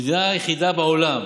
המדינה היחידה בעולם,